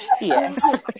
Yes